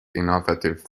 innovative